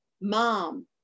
Mom